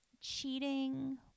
cheating